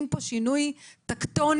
אז אנחנו מצביעים על החוק עצמו?